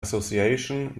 association